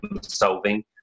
solving